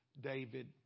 David